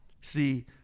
See